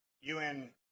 UN